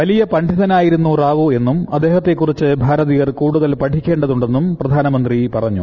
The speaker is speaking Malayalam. വലിയ പണ്ഡിതനായിരുന്നു റാവു എന്നും അദ്ദേഹത്തെ കുറിച്ച് ഭാരതീയർ കൂടുതൽ പഠിക്കേണ്ടതുണ്ടെന്നും പ്രധാനമന്ത്രി പറഞ്ഞു